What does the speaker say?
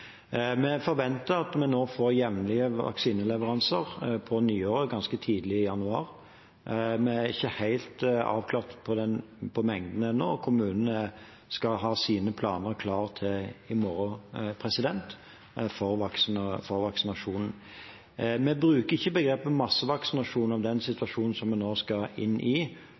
Vi forventer at vi nå får jevnlige vaksineleveranser på nyåret – ganske tidlig i januar. Det er ikke helt avklart mengde ennå, og kommunene skal ha sine vaksinasjonsplaner klare til i morgen. Vi bruker ikke begrepet «massevaksinasjon» om den situasjonen vi nå skal inn i,